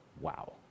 Wow